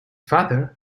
father